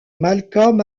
malcolm